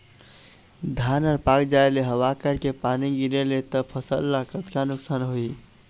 धान हर पाक जाय ले हवा करके पानी गिरे ले त फसल ला कतका नुकसान होही?